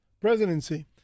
presidency